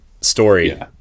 Story